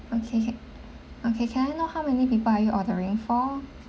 okay ca~ okay can I know how many people are you ordering for